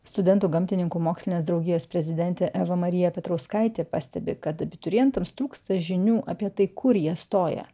studentų gamtininkų mokslinės draugijos prezidentė eva marija petrauskaitė pastebi kad abiturientams trūksta žinių apie tai kur jie stoja